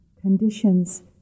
conditions